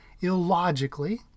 Illogically